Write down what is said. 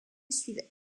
suivaient